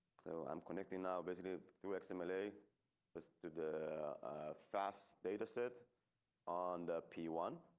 so i'm connecting now basically through xml, a but to the fast data set on the p one.